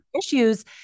issues